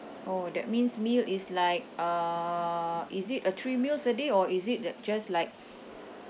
oh that means meal is like uh is it a three meals a day or is it that just like